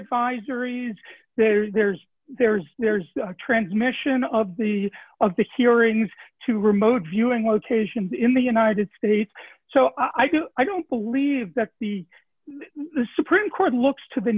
advisories there's there's there's there's a transmission of the of these hearings to remote viewing locations in the united states so i don't believe that the the supreme court looks to the